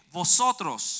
vosotros